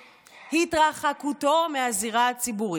התרחקותו מהזירה הציבורית".